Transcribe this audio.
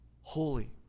Holy